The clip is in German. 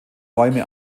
räume